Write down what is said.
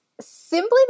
simply